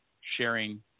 sharing